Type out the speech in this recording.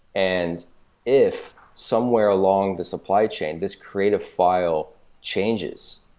and if somewhere along the supply chain, this creative file changes,